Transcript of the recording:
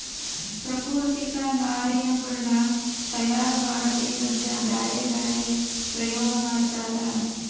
ಪ್ರಾಕೃತಿಕ ನಾರಿನಗುಳ್ನ ತಯಾರ ಮಾಡಬೇಕದ್ರಾ ಬ್ಯರೆ ಬ್ಯರೆ ಪ್ರಯೋಗ ಮಾಡ್ತರ